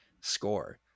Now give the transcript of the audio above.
score